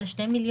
מעל 2 מיליון,